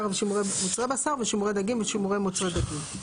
ושימורי מוצרי בשר ושימורי דגים ושימורי מוצרי דגים.